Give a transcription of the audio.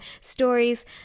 stories